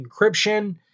encryption